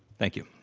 thank you.